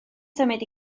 symud